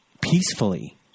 peacefully